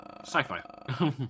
sci-fi